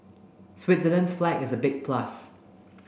Switzerland's flag is a big plus